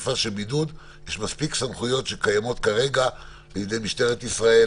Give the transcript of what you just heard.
יש מספיק סמכויות אחרות בידי משטרת ישראל